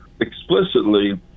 explicitly